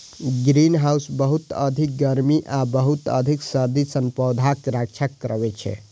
greenhouse बहुत अधिक गर्मी आ बहुत अधिक सर्दी सं पौधाक रक्षा करै छै